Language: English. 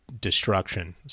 destruction